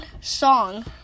song